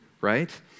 right